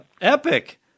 Epic